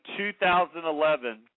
2011